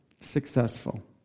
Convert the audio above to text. successful